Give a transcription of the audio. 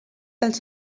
dels